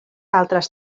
altres